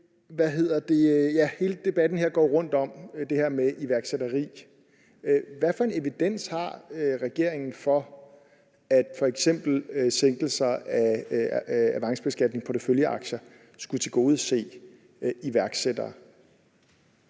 her i salen. Hele debatten her går rundt om det her mediværksætteri. Hvad for en evidens har regeringen for, at f.eks. sænkelser af avancebeskatning af porteføljeaktier skulle tilgodese iværksættere?